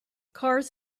cars